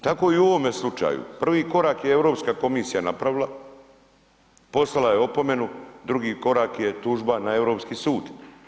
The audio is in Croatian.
Tako i u ovome slučaju, prvi korak je Europska komisija napravila, poslala je opomenu, drugi korak je tužba na europski sud.